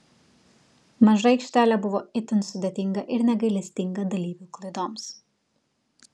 maža aikštelė buvo itin sudėtinga ir negailestinga dalyvių klaidoms